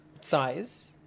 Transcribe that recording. Size